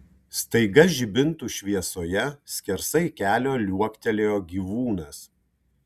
staiga žibintų šviesoje skersai kelio liuoktelėjo gyvūnas